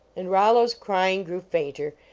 and rollo s crying grew fainter,